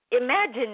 imagine